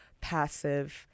passive